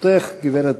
לרשותך, גברת